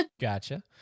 Gotcha